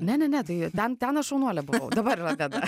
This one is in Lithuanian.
ne ne ne tai ten ten aš šaunuolė buvau dabar yra bėda